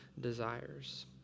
desires